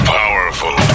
powerful